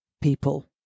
people